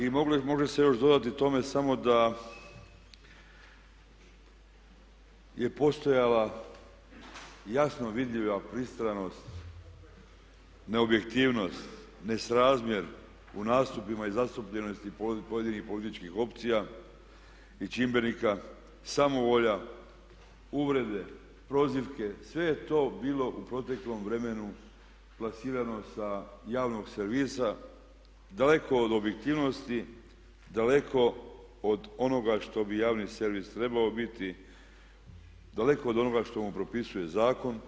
I može se još dodati tome samo da je postojala jasno vidljiva pristranost, neobjektivnost, nesrazmjer u nastupima i zastupljenosti pojedinih političkih opcija i čimbenika, samovolja, uvrede, prozivke, sve je to bilo u proteklom vremenu plasirano sa javnog servisa daleko od objektivnosti, daleko od onoga što bi javni servis trebao biti, daleko od onoga što mu propisuje zakon.